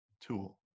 tool